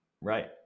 Right